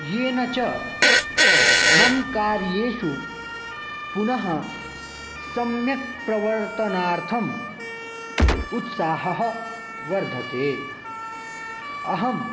येन च मम कार्येषु पुनः सम्यक् प्रवर्तनार्थम् उत्साहः वर्धते अहं